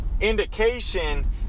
indication